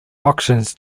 auctions